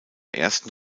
ersten